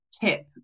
tip